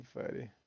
funny